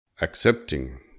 accepting